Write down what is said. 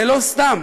זה לא סתם.